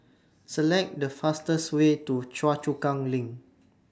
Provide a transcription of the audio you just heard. Select The fastest Way to Choa Chu Kang LINK